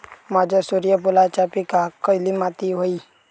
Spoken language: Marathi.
माझ्या सूर्यफुलाच्या पिकाक खयली माती व्हयी?